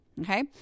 Okay